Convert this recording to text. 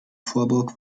vorburg